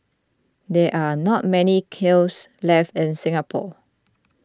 there are not many kilns left in Singapore